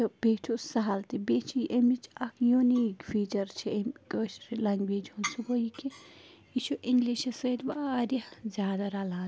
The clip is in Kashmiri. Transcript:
تہٕ بیٚیہِ چھُ سہل تہِ بیٚیہِ چھِ یہِ اَمچ اَکھ یونیٖک فیٖچر چھِ اَمہِ کٲشرِ لنگویج ہِنٛز سُہ گوٚو یہِ کہِ یہِ چھُ اِنگلِشس سۭتۍ وارِیاہ زیادٕ رَلان